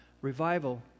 revival